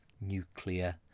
nuclear